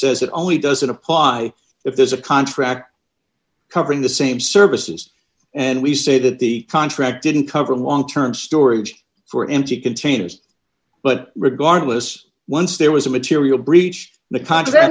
says it only doesn't apply if there's a contract covering the same services and we say that the contract didn't cover one term storage for empty containers but regardless once there was a material breach the